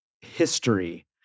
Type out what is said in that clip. history